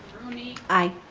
rooney. i.